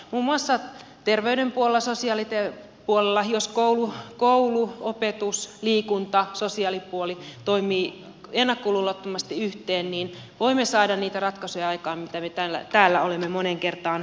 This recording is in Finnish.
muun muassa terveyden puolella sosiaalipuolella jos koulu opetus liikunta sosiaalipuoli toimivat ennakkoluulottomasti yhteen niin voimme saada niitä ratkaisuja aikaan mitä me täällä olemme moneen kertaan peräänkuuluttaneet